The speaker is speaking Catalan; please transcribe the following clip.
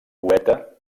poeta